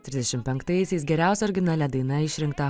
trisdešim penktaisiais geriausia originalia daina išrinkta